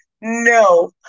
no